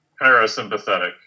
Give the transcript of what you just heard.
parasympathetic